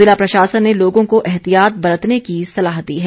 ज़िला प्रशासन ने लोगों को एहतियात बरतने की सलाह दी है